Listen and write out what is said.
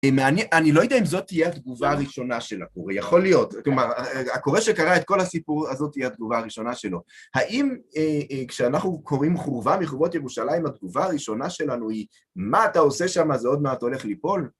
אני לא יודע אם זאת תהיה התגובה הראשונה של הקורא, יכול להיות. כלומר, הקורא שקרה את כל הסיפור הזאת היא התגובה הראשונה שלו. האם כשאנחנו קוראים חורבה מחורבות ירושלים, התגובה הראשונה שלנו היא מה אתה עושה שם, זה עוד מעט הולך ליפול?